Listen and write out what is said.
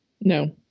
No